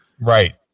Right